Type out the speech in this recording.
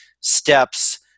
steps